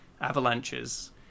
avalanches